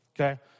Okay